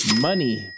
Money